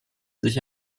sich